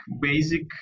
basic